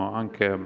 anche